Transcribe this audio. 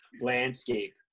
landscape